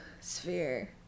sphere